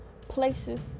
places